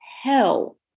Hell